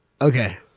okay